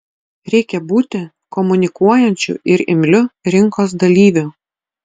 reikia būti komunikuojančiu ir imliu rinkos dalyviu